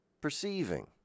perceiving